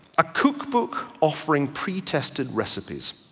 a cookbook offering pretested recipes.